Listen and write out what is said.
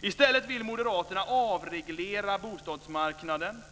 I stället vill moderaterna avreglera bostadsmarknaden,